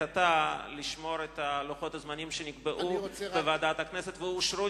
לשמור את לוחות הזמנים שנקבעו בוועדת הכנסת ואושרו,